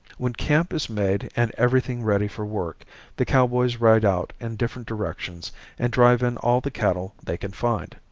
when camp is made and everything ready for work the cowboys ride out in different directions and drive in all the cattle they can find.